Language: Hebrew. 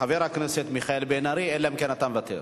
חבר הכנסת מיכאל בן-ארי, אלא אם כן אתה מוותר.